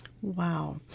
Wow